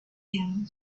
him